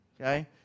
okay